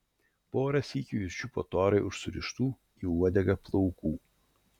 porą sykių jis čiupo torai už surištų į uodegą plaukų